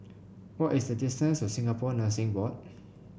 what is the distance to Singapore Nursing Board